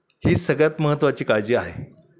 हीच सगळ्यात महत्वाची काळजी आहे